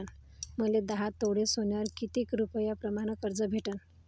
मले दहा तोळे सोन्यावर कितीक रुपया प्रमाण कर्ज भेटन?